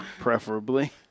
preferably